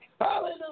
Hallelujah